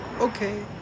Okay